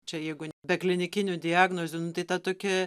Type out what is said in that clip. čia jeigu be klinikinių diagnozių nu tai tą tokį